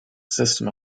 system